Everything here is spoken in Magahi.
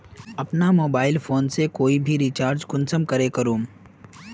अपना मोबाईल फोन से कोई भी रिचार्ज कुंसम करे करूम?